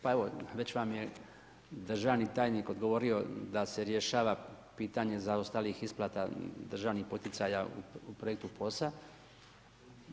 Pa evo već vam je državni tajnik odgovorio da se rješava pitanje zaostalih isplata državnih poticaja u projektu POS-a.